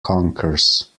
conkers